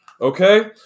Okay